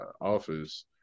office